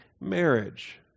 marriage